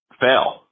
fail